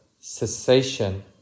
cessation